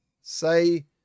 say